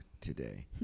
today